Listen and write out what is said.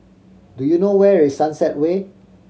do you know where is Sunset Way